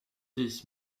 this